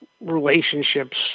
relationships